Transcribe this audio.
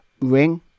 ring